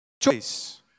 choice